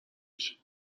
میشه